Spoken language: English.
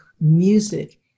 music